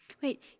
wait